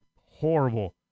horrible